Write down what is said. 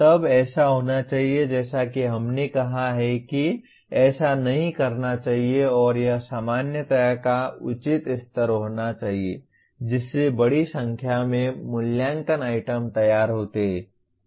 तब ऐसा होना चाहिए जैसा कि हमने कहा है कि ऐसा नहीं करना चाहिए और यह सामान्यता का उचित स्तर होना चाहिए जिससे बड़ी संख्या में मूल्यांकन आइटम तैयार होते हैं